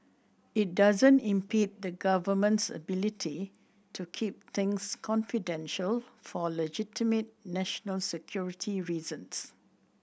it doesn't impede the Government's ability to keep things confidential for legitimate national security reasons